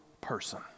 person